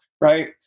right